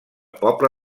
poble